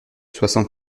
soixante